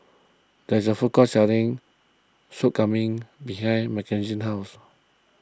there's a food court selling Sop Kambing behind Makenzie's house